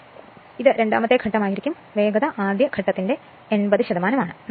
അതിനാൽ ഇത് രണ്ടാമത്തെ ഘട്ടംആയിരിക്കും വേഗത ആദ്യ ഘട്ടത്തിന്റെ 80 ആണ്